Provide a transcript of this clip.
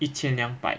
一千两百